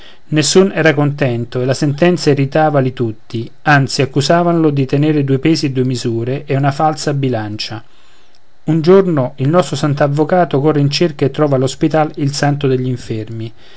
nessun n'era contento e la sentenza irritavali tutti anzi accusavanlo di tenere due pesi e due misure e una falsa bilancia un giorno il nostro sant'avvocato corre in cerca e trova all'ospital il santo degli infermi